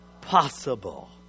possible